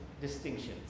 distinctions